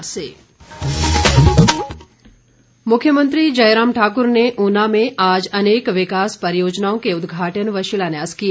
मुख्यमंत्री मुख्यमंत्री जयराम ठाकुर ने ऊना में आज अनेक विकास परियोजनाओं के उद्घाटन व शिलान्यास किए